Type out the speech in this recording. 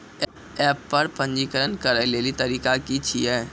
App पर पंजीकरण करै लेली तरीका की छियै?